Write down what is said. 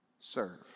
serve